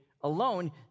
alone